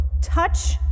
Touch